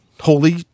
holy